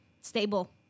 Stable